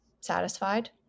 satisfied